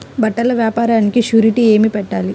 బట్టల వ్యాపారానికి షూరిటీ ఏమి పెట్టాలి?